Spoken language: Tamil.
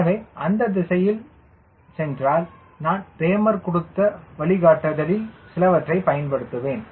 எனவே அந்த திசையில் சென்றால் நான் ரேமர் கொடுத்த வழிகாட்டுதலில் சிலவற்றைப் பயன்படுத்துவேன்